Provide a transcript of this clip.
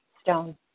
stone